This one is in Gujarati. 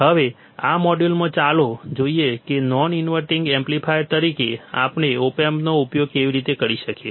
હવે આ મોડ્યુલમાં ચાલો જોઈએ કે નોન ઇન્વર્ટીંગ એમ્પ્લીફાયર તરીકે આપણે ઓપ એમ્પનો ઉપયોગ કેવી રીતે કરી શકીએ